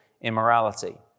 immorality